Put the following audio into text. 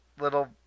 little